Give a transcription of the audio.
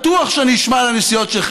אמרנו להם: הנסיעה לאלבניה היא מחר.